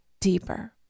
Deeper